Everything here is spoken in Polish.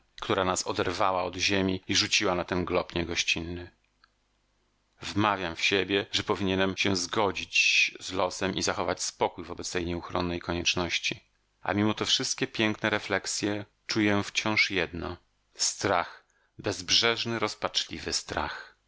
która nas oderwała od ziemi i rzuciła na ten glob niegościnny wmawiam w siebie że powinienem się zgodzić z losem i zachować spokój wobec tej nieuchronnej konieczności a mimo te wszystkie piękne refleksje czuję wciąż jedno strach bezbrzeżny rozpaczliwy strach